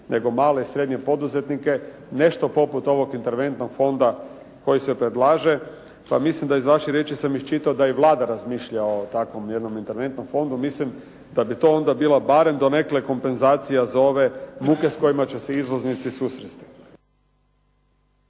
nego male i srednje poduzetnike, nešto poput ovog interventnog fonda koji se predlaže pa mislim da iz vaših riječi sam iščitao da i Vlada razmišlja o takvom jednom interventnom fondu. Mislim da bi to onda bila barem donekle kompenzacija za ove muke s kojima će se izvoznici susresti.